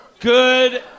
Good